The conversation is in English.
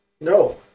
No